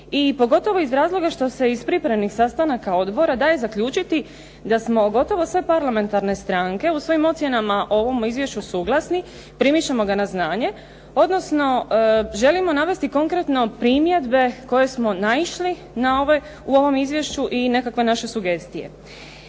pogotovo iz razloga što se iz pripremnih sastanaka odbora daje zaključiti da smo gotovo sve parlamentarne stranke u svojim ocjenama o ovom izvješću suglasni, primit ćemo ga na znanje, odnosno želimo navesti konkretno primjedbe koje smo naišli u ovom izvješću i nekakve naše sugestije.